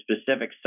specific